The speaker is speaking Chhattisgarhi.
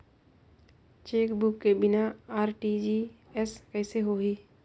चेकबुक के बिना आर.टी.जी.एस कइसे होही?